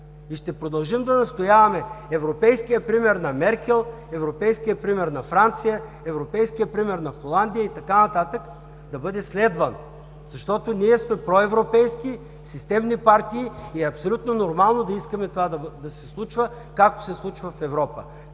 и ще продължим да настояваме европейският пример на Меркел, европейският пример на Франция, европейският пример на Холандия и така нататък да бъде следван. Защото ние сме проевропейски системни партии и е абсолютно нормално да искаме това да се случва, както се случва в Европа.